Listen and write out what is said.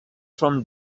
from